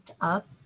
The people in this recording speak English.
up